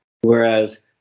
Whereas